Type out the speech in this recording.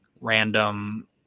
random